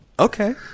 okay